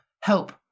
help